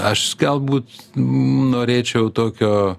aš galbūt norėčiau tokio